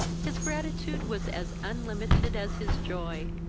his gratitude was as unlimited as his joy,